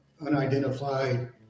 unidentified